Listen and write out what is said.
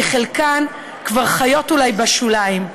כי חלקן כבר חיות אולי בשוליים,